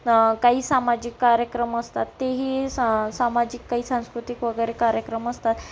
काही सामाजिक कार्यक्रम असतात तेही सा सामाजिक काही सांस्कृतिक वगैरे कार्यक्रम असतात